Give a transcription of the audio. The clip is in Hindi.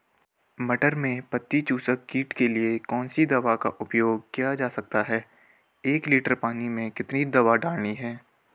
मटर में पत्ती चूसक कीट के लिए कौन सी दवा का उपयोग किया जा सकता है एक लीटर पानी में कितनी दवा डालनी है?